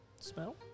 smell